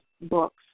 books